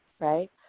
right